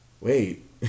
Wait